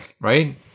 right